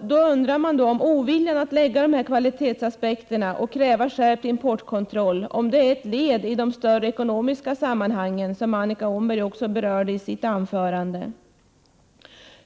Då undrar jag om oviljan att anlägga kvalitetsaspekter och kräva skärpt importkontroll är ett led i de större ekonomiska sammanhang som Annika Åhnberg också berörde i sitt anförande.